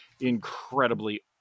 incredibly